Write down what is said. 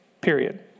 period